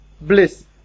bliss